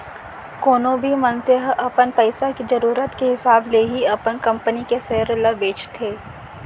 कोनो भी मनसे ह अपन पइसा के जरूरत के हिसाब ले ही अपन कंपनी के सेयर ल बेचथे